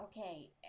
okay